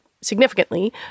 significantly